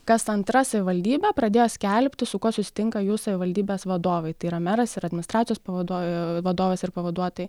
kas antra savivaldybė pradėjo skelbti su kuo susitinka jų savivaldybės vadovai tai yra meras ir administracijos pavaduo vadovas ir pavaduotojai